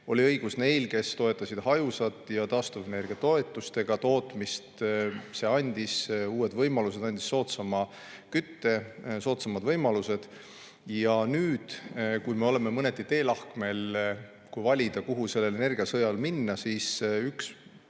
oli õigus neil, kes toetasid hajusat ja taastuvenergia toetustega tootmist. See andis uued võimalused, andis soodsama kütte, soodsamad võimalused. Nüüd, kui me oleme mõneti teelahkmel, kui on valida, kuhu selle energiasõja ajal minna, siis üks